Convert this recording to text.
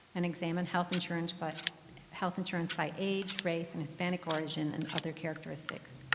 and examine health insurance but health insurance by age, race, and hispanic origin, and other characteristics.